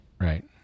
Right